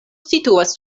situas